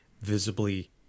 visibly